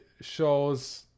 shows